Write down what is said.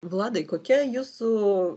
vladai kokia jūsų